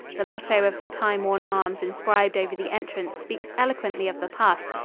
the motto of the time-worn arms inscribed over the entrance speaks eloquently of the past,